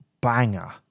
banger